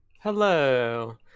Hello